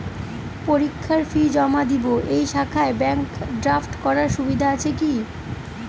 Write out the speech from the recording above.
পরীক্ষার ফি জমা দিব এই শাখায় ব্যাংক ড্রাফট করার সুবিধা আছে কি?